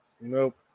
Nope